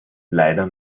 leider